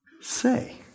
say